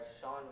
Sean